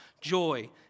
joy